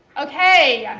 okay,